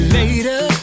later